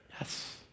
Yes